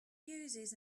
uses